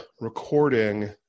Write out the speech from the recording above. recording